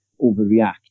overreact